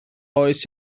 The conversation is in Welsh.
oes